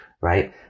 right